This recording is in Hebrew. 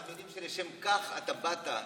אנחנו יודעים שלשם כך אתה באת,